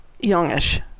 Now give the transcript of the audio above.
youngish